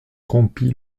rompit